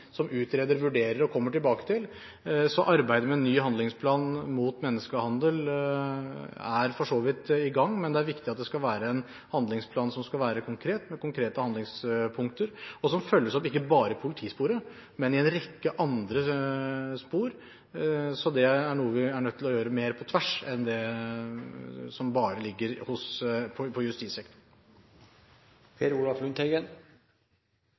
som utreder, vurderer og kommer tilbake til. Arbeidet med en ny handlingsplan mot menneskehandel er for så vidt i gang, men det er viktig at det skal være en handlingsplan som skal være konkret, med konkrete handlingspunkter, og som følges opp ikke bare i politisporet, men i en rekke andre spor. Så det er noe vi er nødt til å gjøre mer på tvers enn bare å gjøre det som ligger på justissektoren.